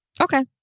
Okay